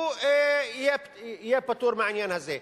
יהיה פטור מהעניין הזה.